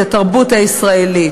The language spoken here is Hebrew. את התרבות הישראלית.